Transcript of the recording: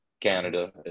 Canada